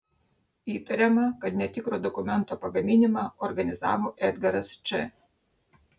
įtariama kad netikro dokumento pagaminimą organizavo edgaras č